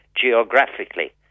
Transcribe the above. geographically